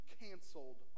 canceled